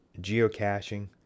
geocaching